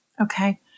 Okay